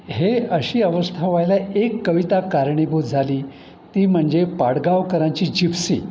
हे अशी अवस्था व्हायला एक कविता कारणीभूत झाली ती म्हणजे पाडगावकरांची जिप्सी